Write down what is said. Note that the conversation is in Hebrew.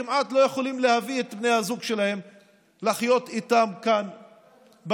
כמעט לא יכולים להביא את בני הזוג שלהם לחיות איתם כאן במדינה.